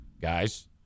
guys